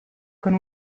con